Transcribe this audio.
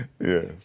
Yes